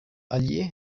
allier